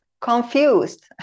Confused